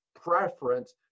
preference